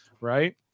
right